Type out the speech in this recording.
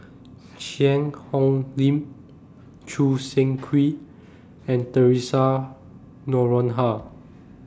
Cheang Hong Lim Choo Seng Quee and Theresa Noronha